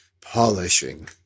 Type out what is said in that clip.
Polishing